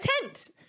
tent